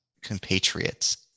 compatriots